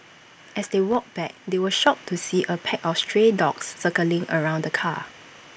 as they walked back they were shocked to see A pack of stray dogs circling around the car